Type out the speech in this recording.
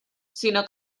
sinó